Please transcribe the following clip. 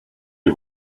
you